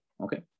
Okay